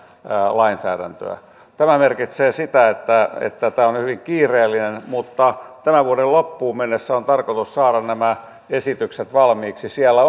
lainsäädäntöä tämä merkitsee sitä että tämä on hyvin kiireellinen mutta tämän vuoden loppuun mennessä on tarkoitus saada nämä esitykset valmiiksi siellä